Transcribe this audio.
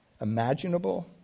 imaginable